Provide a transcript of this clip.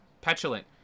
Petulant